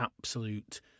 absolute